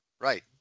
Right